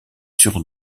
sur